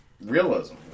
realism